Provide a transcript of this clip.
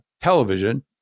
television